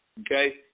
Okay